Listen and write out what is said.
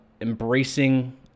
embracing